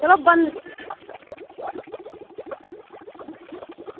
चलो